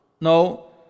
No